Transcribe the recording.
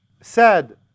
sad